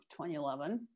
2011